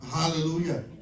Hallelujah